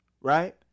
right